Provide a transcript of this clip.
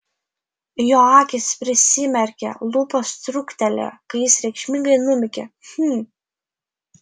jo akys prisimerkė lūpos truktelėjo kai jis reikšmingai numykė hm